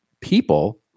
people